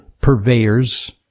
purveyors